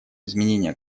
изменения